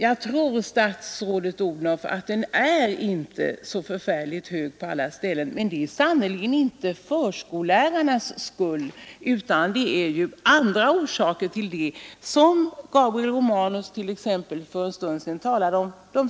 Jag tror, statsrådet Odhnoff, att den inte är så särskilt hög på alla ställen. Men det är sannerligen inte förskollärarnas fel utan det har andra orsaker, t.ex. de stora grupperna som Gabriel Romanus för en stund sedan talade om.